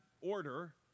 order